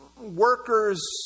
worker's